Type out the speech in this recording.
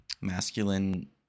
Masculine